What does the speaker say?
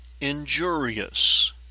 injurious